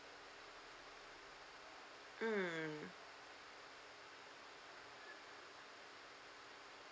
mm